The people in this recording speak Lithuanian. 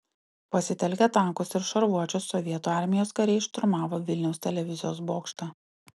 pasitelkę tankus ir šarvuočius sovietų armijos kariai šturmavo vilniaus televizijos bokštą